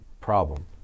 problem